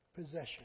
possession